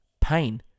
Pain